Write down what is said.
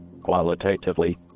qualitatively